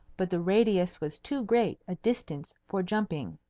but the radius was too great a distance for jumping.